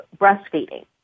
breastfeeding